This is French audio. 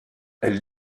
elle